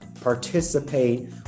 participate